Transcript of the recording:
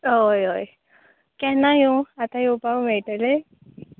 हय हय केन्ना योंव आतां येवपाक मेळटलें